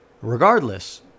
Regardless